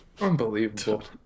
Unbelievable